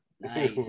Nice